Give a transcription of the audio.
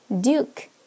Duke